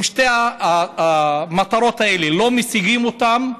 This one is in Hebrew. אם שתי המטרות האלה, לא משיגים אותן,